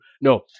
No